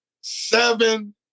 seven